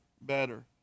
better